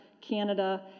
Canada